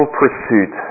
pursuit